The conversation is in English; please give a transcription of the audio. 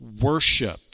worship